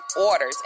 orders